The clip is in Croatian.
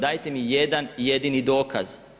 Dajte mi jedan jedini dokaz.